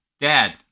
dad